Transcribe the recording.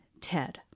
Ted